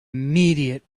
immediate